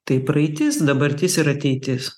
tai praeitis dabartis ir ateitis